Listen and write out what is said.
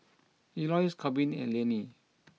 Elois Korbin and Lainey